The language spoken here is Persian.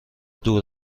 دور